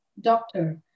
doctor